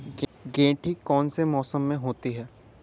गेंठी कौन से मौसम में होती है?